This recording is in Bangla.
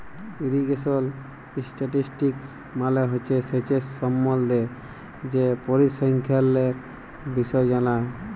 ইরিগেশল ইসট্যাটিস্টিকস মালে হছে সেঁচের সম্বল্ধে যে পরিসংখ্যালের বিষয় জালা